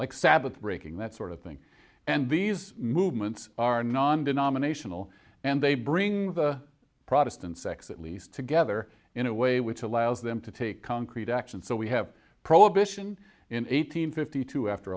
like sabbath breaking that sort of thing and these movements are non denominational and they bring the protestant sects at least together in a way which allows them to take concrete action so we have prohibition in eight hundred fifty two after